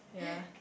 ya